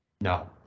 No